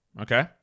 Okay